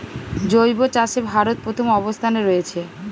জৈব চাষে ভারত প্রথম অবস্থানে রয়েছে